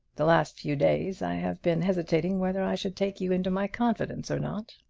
the last few days i have been hesitating whether i should take you into my confidence or not.